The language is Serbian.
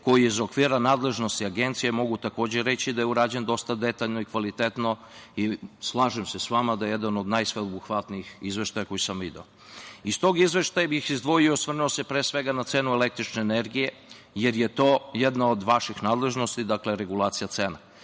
koji je iz okvira nadležnosti Agencije, mogu takođe reći da je urađen dosta detaljno i kvalitetno i slažem se sa vama da je jedan od najsveobuhvatnijih izveštaja koji sam video. Iz tog izveštaja bih izdvojio i osvrnuo se pre svega na cenu električne energije, jer je to jedna od vaših nadležnosti, dakle, regulacija cena.